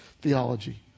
theology